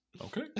okay